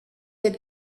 had